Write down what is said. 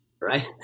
right